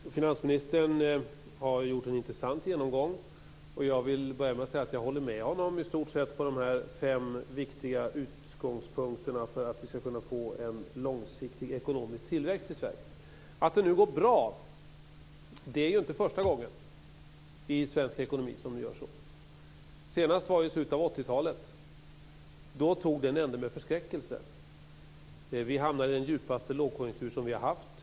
Herr talman! Finansministern har gjort en intressant genomgång. Jag vill börja med att säga att jag i stort sett håller med honom om de fem viktiga utgångspunkterna för att vi ska kunna få en långsiktig ekonomisk tillväxt i Sverige. Det är inte första gången i svensk ekonomi som det nu går bra. Senast var i slutet av 80-talet. Då tog det en ända med förskräckelse. Vi hamnade i den djupaste lågkonjunktur som vi haft.